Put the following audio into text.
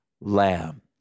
Lamb